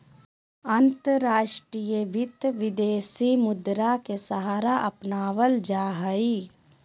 अंतर्राष्ट्रीय वित्त, विदेशी मुद्रा के सहारा अपनावल जा हई